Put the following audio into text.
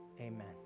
Amen